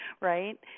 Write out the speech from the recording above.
right